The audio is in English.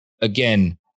again